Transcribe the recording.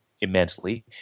immensely